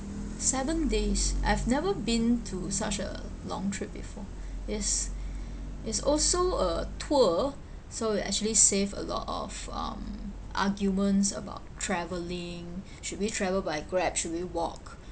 seven days I've never been to such a long trip before is is also a tour so we actually save a lot of um arguments about traveling should we travel by grab should we walk